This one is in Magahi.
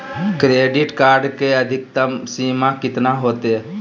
क्रेडिट कार्ड के अधिकतम सीमा कितना होते?